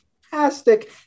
fantastic